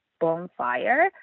bonfire